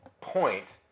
point